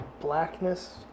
blackness